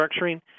structuring